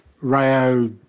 Rayo